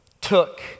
took